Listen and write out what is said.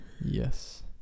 Yes